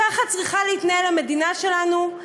ככה צריכה להתנהל המדינה שלנו?